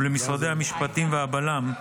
ולמשרד המשפטים ולבל"מ,